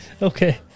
Okay